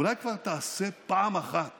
אולי כבר תעשה פעם אחת